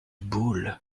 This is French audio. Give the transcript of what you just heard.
boules